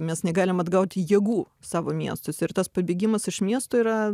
mes negalim atgauti jėgų savo miestuose ir tas pabėgimas iš miesto yra